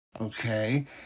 Okay